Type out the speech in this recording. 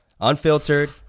unfiltered